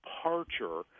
departure